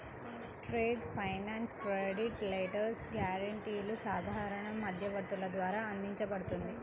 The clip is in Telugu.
ట్రేడ్ ఫైనాన్స్ క్రెడిట్ లెటర్స్, గ్యారెంటీలు సాధారణ మధ్యవర్తుల ద్వారా అందించబడుతుంది